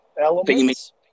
elements